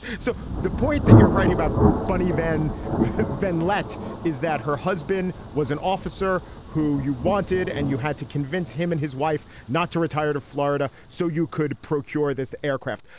so the point that you're writing about bunny van van let is that her husband was an officer who you wanted and you had to convince him and his wife not to retire to florida so you could procure this aircraft.